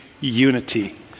unity